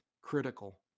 critical